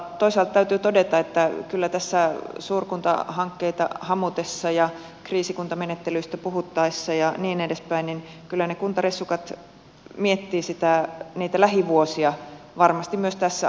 toisaalta täytyy todeta että kyllä tässä suurkuntahankkeita hamutessa ja kriisikuntamenettelystä puhuttaessa ja niin edespäin ne kuntaressukat miettivät niitä lähivuosia varmasti tässäkin asiassa